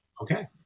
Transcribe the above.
Okay